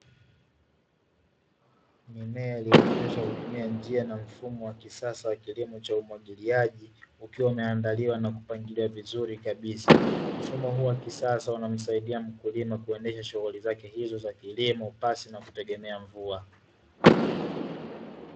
Mimea iliyooteshwa kwa kutumia njia na mfumo wa kisasa wa kilimo cha umwagiliaji, ukiwa umeandaliwa na kupangiliwa vizuri kabisa. Mfumo huu wa kisasa unamsaidia mkulima kuendesha shughuli zake hizo za kilimo pasi na kutegemea mvua.